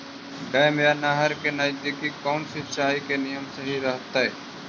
Dam या नहर के नजदीक कौन सिंचाई के नियम सही रहतैय?